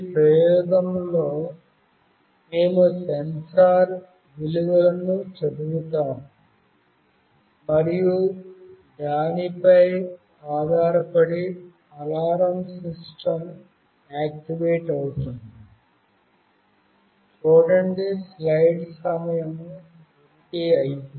ఈ ప్రయోగంలో మేము సెన్సార్ విలువలను చదువుతాము మరియు దానిపై ఆధారపడి అలారం సిస్టమ్ ఆక్టివేట్ అవుతుంది